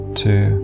two